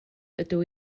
ydw